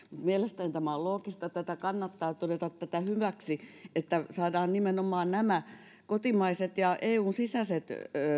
mielestäni on loogista tätä kannattaa ja todeta hyväksi että saadaan nimenomaan kotimaiset ja eun sisäiset